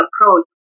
approach